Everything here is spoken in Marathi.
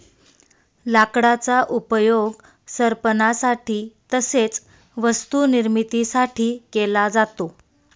लाकडाचा उपयोग सरपणासाठी तसेच वस्तू निर्मिती साठी केला जातो